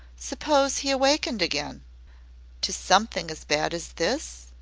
suppose he awakened again to something as bad as this?